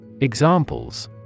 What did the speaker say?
Examples